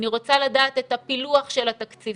אני רוצה לדעת את הפילוח של התקציבים.